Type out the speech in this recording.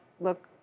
look